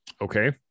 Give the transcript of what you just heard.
okay